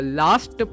last